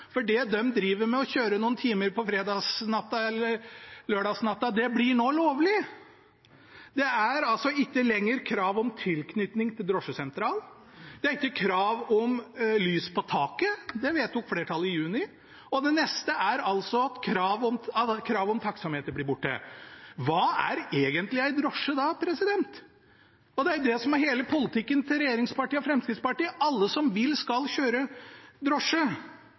for det at de driver og kjører noen timer på fredagsnatten eller lørdagsnatten, blir nå lovlig. Det er altså ikke lenger krav om tilknytning til drosjesentral. Det er ikke krav om lys på taket – det vedtok flertallet i juni. Det neste er altså at kravet om taksameter blir borte. Hva er egentlig en drosje da? Det er det som er hele politikken til regjeringspartiene og Fremskrittspartiet – at alle som vil, skal få kjøre drosje.